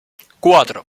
cuatro